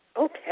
Okay